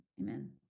Amen